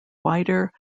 wider